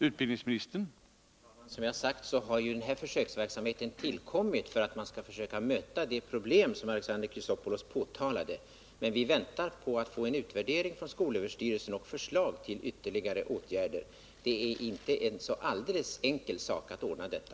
Herr talman! Som jag sade har den här försöksverksamheten tillkommit för att man skall kunna möta de problem som Alexander Chrisopoulos tog upp. Men vi väntar på att få en utvärdering från skolöverstyrelsen med förslag till ytterligare åtgärder. Det är inte en så alldeles enkel sak att ordna detta.